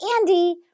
Andy